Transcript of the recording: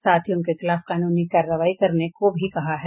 साथ ही उनके खिलाफ कानूनी कार्रवाई करने को भी कहा है